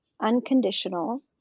unconditional